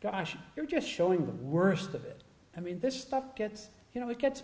gosh you're just showing the worst of it i mean this stuff gets you know it gets